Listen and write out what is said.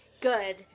Good